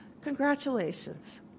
Congratulations